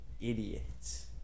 idiots